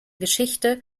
geschichte